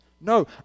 No